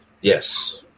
Yes